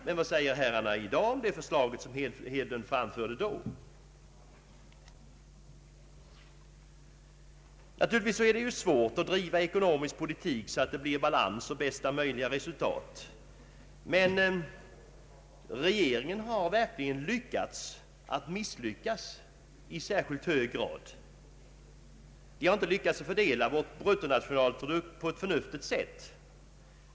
Men vad säger herrarna i dag om det förslag som herr Hedlund framförde då? Naturligtvis är det svårt att driva ekonomisk politik så att det blir balans och bästa möjliga resultat, men regeringen har verkligen lyckats med att misslyckas i särskilt hög grad! Den har inte lyckats fördela vår bruttonationalprodukt på ett förnuftigt sätt.